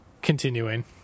continuing